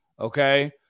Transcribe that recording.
Okay